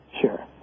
sure